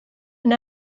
and